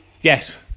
Yes